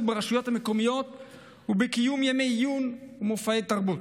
ברשויות המקומיות ובקיום ימי עיון ומופעי תרבות.